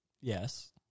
Yes